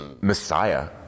Messiah